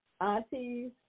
aunties